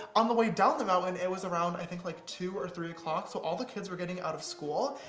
on the way down the mountain, it was around i think like two or three o'clock, so all of the kids were getting out of school,